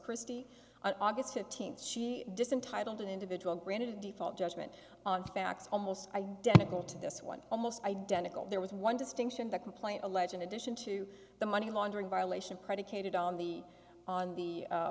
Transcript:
christi on aug fifteenth distant titled an individual granted a default judgment on facts almost identical to this one almost identical there was one distinction the complaint alleging addition to the money laundering violation predicated on the on the